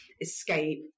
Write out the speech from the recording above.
escape